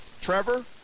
trevor